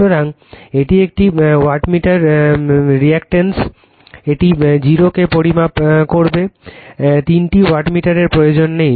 সুতরাং এই একটি ওয়াটমিটার রিডান্ডেন্ট এটি 0 কে পরিমাপ করবে তিনটি ওয়াটমিটারের প্রয়োজন নেই